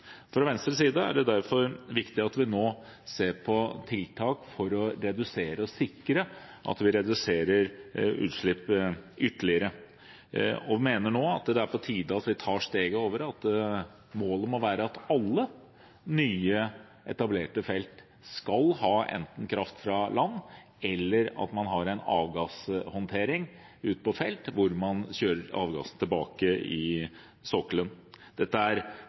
Fra Venstres side er det derfor viktig at vi nå ser på tiltak for å sikre at vi reduserer utslipp ytterligere. Vi mener nå at det er på tide at vi tar steget over, at målet må være at alle nyetablerte felt skal ha enten kraft fra land, eller at man har en avgasshåndtering ute på feltet, hvor man kjører avgasser tilbake i sokkelen. Dette er